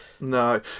No